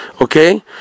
okay